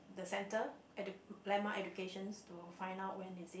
the centre ed~ landmark educations to find out when is it